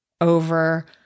over